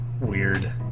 weird